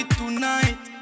tonight